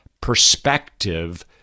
perspective